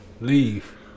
Leave